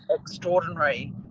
extraordinary